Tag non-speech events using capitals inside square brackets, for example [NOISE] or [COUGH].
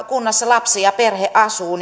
kunnassa lapsi ja perhe asuu [UNINTELLIGIBLE]